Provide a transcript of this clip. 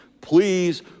please